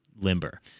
limber